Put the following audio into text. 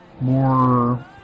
more